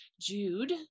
Jude